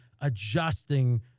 adjusting